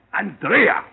Andrea